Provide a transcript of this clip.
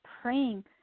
praying